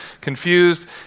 confused